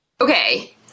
Okay